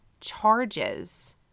charges